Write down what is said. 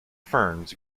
ferns